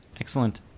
Excellent